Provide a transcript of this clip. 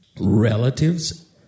relatives